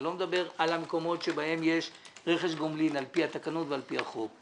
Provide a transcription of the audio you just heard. אני לא מדבר על המקומות שבהם יש רכש גומלין על-פי התקנות ועל-פי החוק,